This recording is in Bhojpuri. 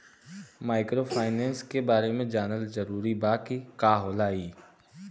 माइक्रोफाइनेस के बारे में जानल जरूरी बा की का होला ई?